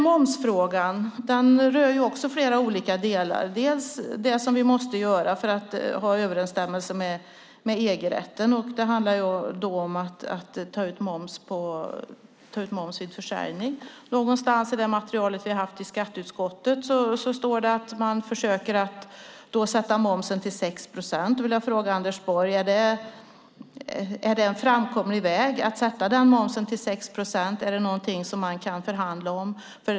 Momsfrågan rör även den flera olika delar, till exempel vad vi måste göra för att ha överensstämmelse med EU-rätten. Det handlar om att ta ut moms vid försäljning. Någonstans i det material vi har haft i skatteutskottet står det att man försöker att sätta momsen till 6 procent. Då vill jag fråga Anders Borg om det är en framkomlig väg att sätta den momsen till 6 procent. Är det någonting man kan förhandla om?